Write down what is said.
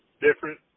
Different